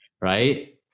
Right